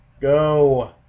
go